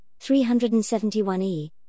371e